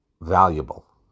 valuable